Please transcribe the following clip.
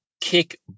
kick